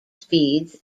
speeds